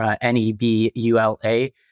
N-E-B-U-L-A